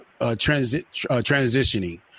Transitioning